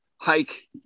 hike